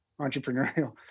entrepreneurial